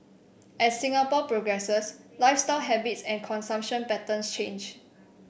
as Singapore progresses lifestyle habits and consumption patterns change